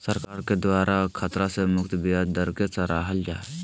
सरकार के द्वारा खतरा से मुक्त ब्याज दर के सराहल जा हइ